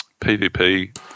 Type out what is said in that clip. PvP